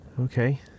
Okay